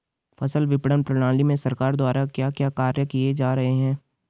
फसल विपणन प्रणाली में सरकार द्वारा क्या क्या कार्य किए जा रहे हैं?